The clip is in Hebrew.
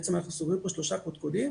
בעצם אנחנו סוגרים פה שלושה קדקודים,